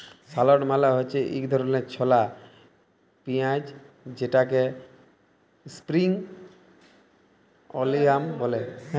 shallot মালে হছে ইক ধরলের ছলা পিয়াঁইজ যেটাকে ইস্প্রিং অলিয়াল ব্যলে